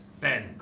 Ben